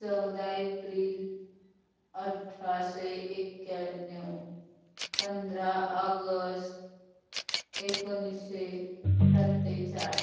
चौदा एप्रिल अठराशे एक्क्याण्णव पंधरा ऑगस्ट एकोणिसशे सत्तेचाळीस